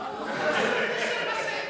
אל תפחד.